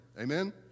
Amen